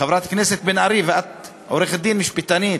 חברת הכנסת בן ארי, ואת עורכת-דין, משפטנית,